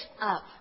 up